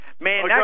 Man